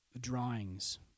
drawings